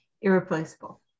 irreplaceable